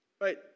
Right